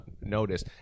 notice